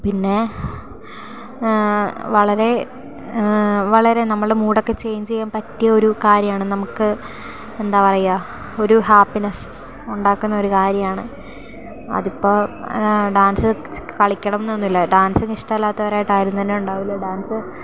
പിന്നെ വളരെ വളരെ നമ്മളുടെ മൂഡൊക്കെ ചേഞ്ച് ചെയ്യാൻ പറ്റിയ ഒരു കാര്യമാണ് നമുക്ക് എന്താ പറയുക ഒരു ഹാപ്പിനെസ് ഉണ്ടാക്കുന്നൊരു കാര്യമാണ് അതിപ്പോൾ ഡാൻസ് കളിക്കണം എന്നൊന്നുമില്ല ഡാൻസിനെ ഇഷ്ടമല്ലാത്തവരായിട്ട് ആരും തന്നെ ഉണ്ടാവില്ല ഡാൻസ്